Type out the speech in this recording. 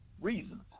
reasons